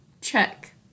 check